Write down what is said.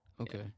Okay